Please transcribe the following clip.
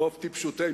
ברוב טיפשותנו,